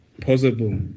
possible